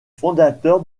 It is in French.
fondateur